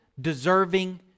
deserving